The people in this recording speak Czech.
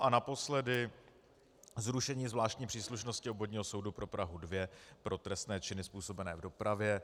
A naposledy zrušení zvláštní příslušnosti Obvodního soudu pro Prahu 2 pro trestné činy způsobené v dopravě.